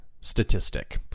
statistic